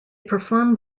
performed